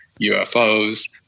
UFOs